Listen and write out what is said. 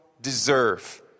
deserve